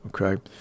okay